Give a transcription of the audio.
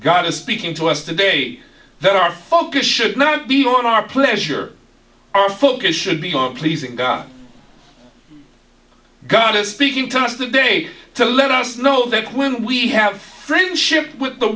god is speaking to us today that our focus should not be on our pleasure our focus should be more pleasing god god is speaking to us today to let us know that when we have friendship with the